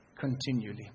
continually